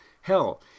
hell